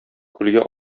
күлгә